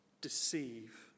deceive